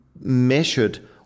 measured